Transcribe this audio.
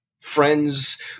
friends